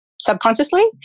subconsciously